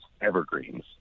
evergreens